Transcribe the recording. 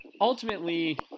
ultimately